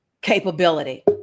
capability